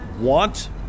want